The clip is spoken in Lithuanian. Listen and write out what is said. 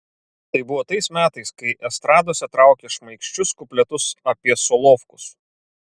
tai buvo tais metais kai estradose traukė šmaikščius kupletus apie solovkus